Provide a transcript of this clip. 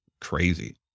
crazy